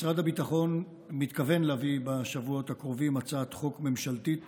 משרד הביטחון מתכוון להביא בשבועות הקרובים הצעת חוק ממשלתית